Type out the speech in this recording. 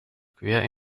quer